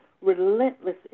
relentless